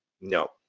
No